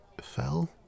Fell